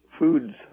foods